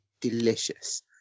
delicious